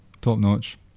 Top-notch